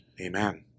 Amen